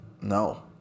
No